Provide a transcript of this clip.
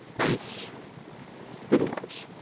ace videos.